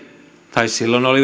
tai silloin oli